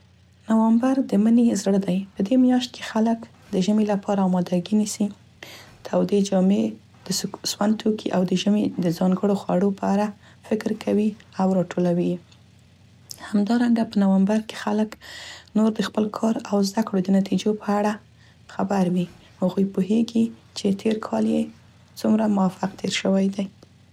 نوامبر د مني زړه دی. په دې میاشت کې خلک د ژمي لپاره اماده ګي نیسي، تودې جامې د سون توکي او د ژمي د ځانګړو خوړو په اړه فکر کوي او راټولي یې. همدارنګه په نوامبر کې خلک نور د خپل کار او زده کړو د نتیجو په اړه خبر وي، هغوی پوهیږي چې تیر کال یې څومره موفق تیر شوی دی.